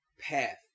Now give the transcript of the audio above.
path